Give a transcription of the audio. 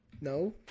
No